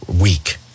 week